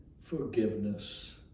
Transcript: forgiveness